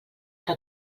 que